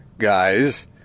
guys